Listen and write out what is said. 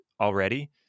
already